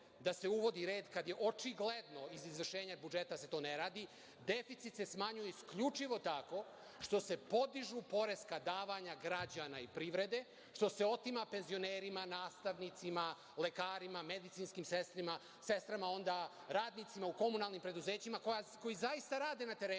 da se uvodi red, kada je očigledno iz izvršenja budžeta da se to ne radi. Deficit se smanjuje isključivo tako što se podižu poreska davanja građana i privrede, što se otima penzionerima, nastavnicima, lekarima, medicinskim sestrama, radnicima u komunalnim preduzećima, koji zaista rade na terenu,